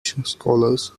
scholars